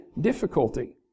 difficulty